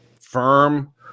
firm